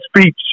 speech